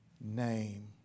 name